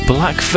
Black